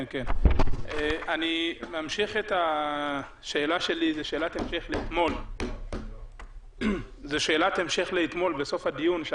זאת שאלת המשך שלי מאתמול בסוף הדיון.